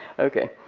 okay,